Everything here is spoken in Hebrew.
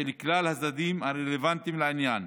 של כלל הצדדים הרלוונטיים לעניין.